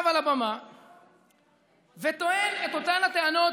על הבמה וטוען בדיוק את אותן הטענות,